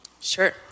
Sure